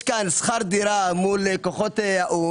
יש פה שכר דירה מול כוחות האו"ם,